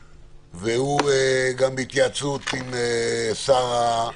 יהיה בין הדברים הראשונים בדיון